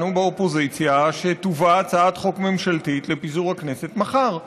למשל ההסכמה שלנו באופוזיציה שתובא הצעת חוק ממשלתית לפיזור הכנסת מחר.